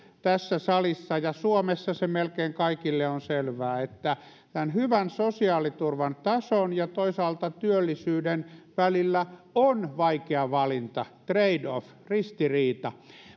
tässä salissa ja suomessa melkein kaikille on selvää että hyvän sosiaaliturvan tason ja toisaalta työllisyyden välillä on vaikea valinta trade off ristiriita